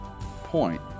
point